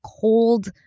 cold